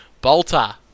Bolter